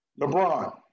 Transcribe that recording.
LeBron